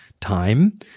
time